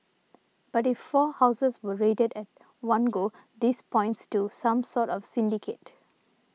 but if four houses are raided at one go this points to some sort of syndicate